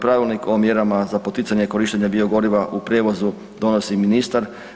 Pravilnik o mjerama za poticanje korištenja biogoriva u prijevozu donosi ministar.